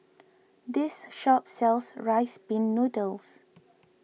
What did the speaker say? this shop sells Rice Pin Noodles